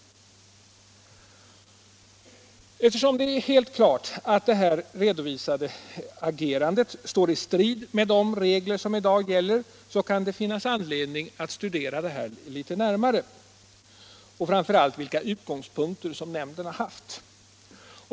Eftersom det är helt klart att det här redovisade agerandet står i strid med de regler som i dag gäller, kan det finnas anledning att studera detta litet närmare och då framför allt vilka utgångspunkter som nämnden har haft.